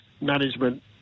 management